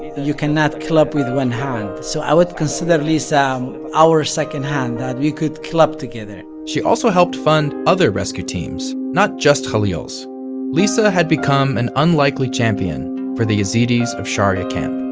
you cannot clap with one hand so i would consider lisa um our second hand. that we could clap together she also helped fund other rescue teams, not just khalil's. lisa had become an unlikely champion for the yazidis of sharya camp.